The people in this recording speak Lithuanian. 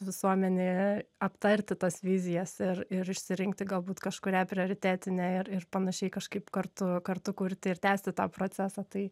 visuomenėje aptarti tas vizijas ir ir išsirinkti galbūt kažkurią prioritetinę ir ir panašiai kažkaip kartu kartu kurti ir tęsti tą procesą tai